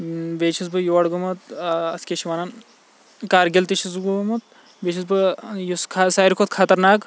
بیٚیہ چھُس بہٕ یوڑ گوٚمُت اَتھ کیاہ چھِ وَنان کَرگِل تہِ چھُس بہٕ گوٚمُت بیٚیہ چھُس بہٕ یُس سٲوٕے کھۄتہٕ خَتَرناک